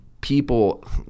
people